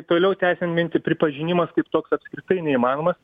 toliau tęsiant mintį pripažinimas kaip toks apskritai neįmanomas